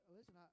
Listen